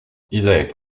isaac